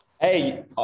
Hey